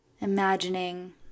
imagining